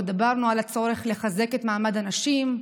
לא דיברנו על הצורך לחזק את מעמד הנשים,